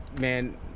man